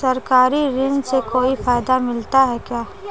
सरकारी ऋण से कोई फायदा मिलता है क्या?